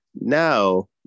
Now